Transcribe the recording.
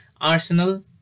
Arsenal